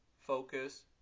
focus